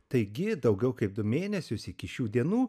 taigi daugiau kaip du mėnesius iki šių dienų